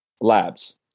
labs